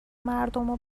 مردمو